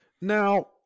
Now